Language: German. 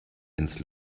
ins